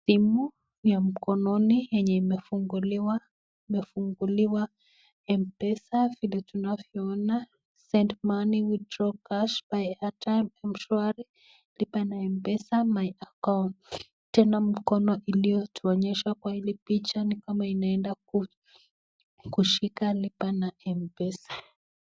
Simu ya mkononi imefunguliwa Mpesa, vile tunavyoona send money, widhraw cash, buy data, Mshwari lipa na Mpesa, my account tena mkono iliyotuonyesha kwa hili picha nikama inaenda kushika lipa na Mpesa.